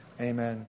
Amen